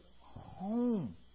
home